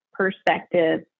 perspective